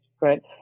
right